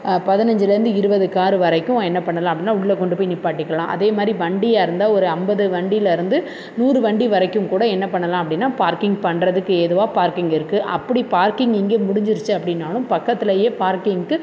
பதனஞ்சில் இருந்து இருபது கார் வரைக்கும் என்ன பண்ணலாம் அப்படினா உள்ளே கொண்டு போய் நிப்பாட்டிக்கலாம் அதே மாதிரி வண்டியாக இருந்தால் ஒரு ஐம்பது வண்டியில் இருந்து நூறு வண்டி வரைக்கும் கூட என்ன பண்ணலாம் அப்படினா பார்க்கிங் பண்ணுறதுக்கு ஏதுவாக பார்க்கிங் இருக்குது அப்படி பார்க்கிங் இங்கே முடிஞ்சிடுச்சு அப்படின்னாலும் பக்கத்துலேயே பார்க்கிங்குக்கு